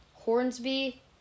Hornsby